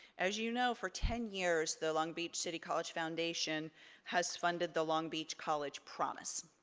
as you know, for ten years the long beach city college foundation has funded the long beach college promise.